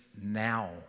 now